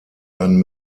ein